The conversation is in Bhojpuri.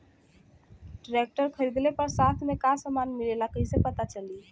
ट्रैक्टर खरीदले पर साथ में का समान मिलेला कईसे पता चली?